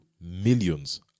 millions